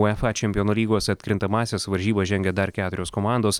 uefa čempionų lygos atkrintamąsias varžybas žengia dar keturios komandos